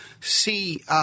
see –